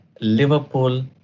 Liverpool